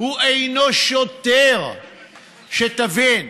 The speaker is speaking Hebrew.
הוא אינו שוטר, שתבין.